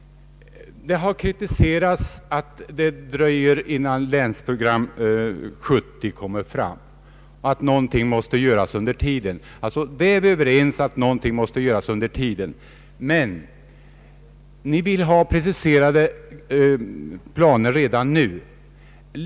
Man har kritiserat att det dröjer innan Länsprogram 70 kommer fram och sagt att något måste göras under tiden. Vi är överens om att något måste göras under tiden, men ni vill ha preciserade planer redan nu.